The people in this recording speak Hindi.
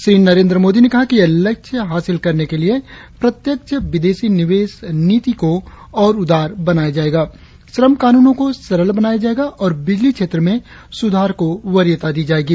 श्री नरेंद्र मोदी ने कहा कि यह लक्ष्य हासिल करने के लिए प्रत्यक्ष विदेशी निवेश नीति को और उदार बनाया जाएगा श्रम कानूनों को सरल बनाया जाएगा और बिजली क्षेत्र में सुधार को वरीयता दी जाएगी